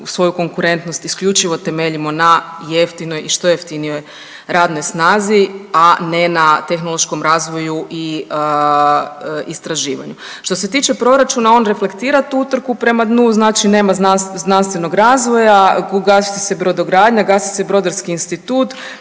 svoju konkurentnost isključivo temeljimo na jeftinoj i što jeftinijoj radnoj snazi, a ne na tehnološkom razvoju i istraživanju. Što se tiče proračuna on reflektira tu utrku prema dnu, znači nema znanstvenog razvoja, ugasit će se brodogradnja, gasi se brodarski institut,